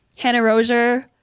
hannah roser,